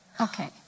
Okay